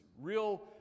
real